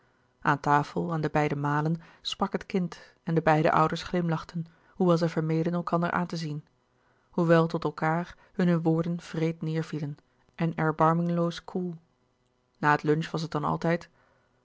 aan tafel aan de beide malen sprak het kind en de beide ouders glimlachten hoewel zij vermeden elkander aan te zien hoewel tot elkaâr hunne woorden wreed neêrvielen en erbarmingloos koel na het lunch was het dan altijd